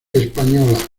española